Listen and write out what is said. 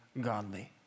godly